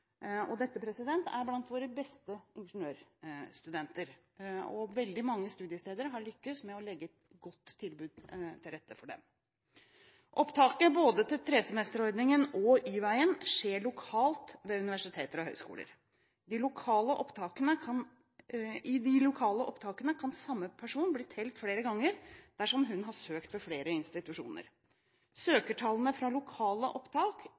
og praksis. Dette er blant våre beste ingeniørstudenter, og veldig mange studiesteder har lyktes med å legge et godt tilbud til rette for dem. Opptaket både til tresemesterordningen og Y-veien skjer lokalt ved universiteter og høyskoler. I de lokale opptakene kan samme person bli telt flere ganger dersom vedkommende har søkt ved flere institusjoner. Søkertallene fra lokale opptak